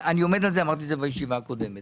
אמרתי את זה בישיבה הקודמת.